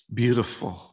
beautiful